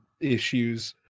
issues